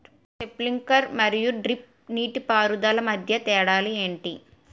Sprinkler మరియు drip నీటిపారుదల మధ్య తేడాలు ఏంటి?